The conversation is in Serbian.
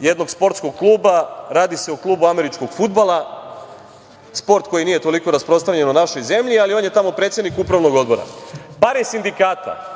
jednog sportskog kluba. Radi se o klubu američkog fudbala, sport koji nije toliko rasprostranjen u našoj zemlji, ali on je tamo predsednik upravnog odbora. Pare sindikata